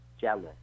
jealous